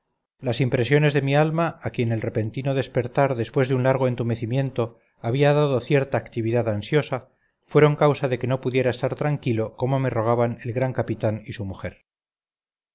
las impresiones de mi alma a quien el repentino despertar después de un largo entumecimiento había dado cierta actividad ansiosa fueron causa de que no pudiera estar tranquilo como me rogaban el gran capitán y su mujer